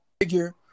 figure